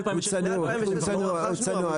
מ-2016 לא רכשנו, אבל --- הוא צנוע.